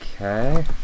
Okay